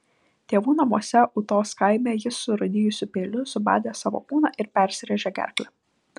tėvų namuose ūtos kaime jis surūdijusiu peiliu subadė savo kūną ir persirėžė gerklę